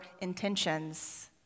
intentions